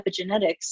epigenetics